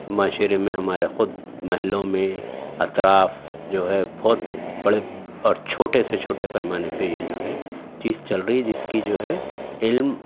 معاشرے میں ہمارے خود محلوں میں اطراف جو ہے بہت بڑے اور چھوٹے سے چھوٹے پیمانے پہ یہ جو ہے چیز چل رہی ہے جس کی جو ہے علم